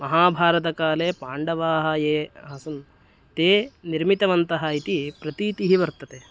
महाभारतकाले पाण्डवाः ये आसन् ते निर्मितवन्तः इति प्रतीतिः वर्तते